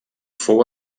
fou